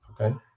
Okay